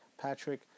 Patrick